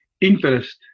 interest